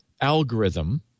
algorithm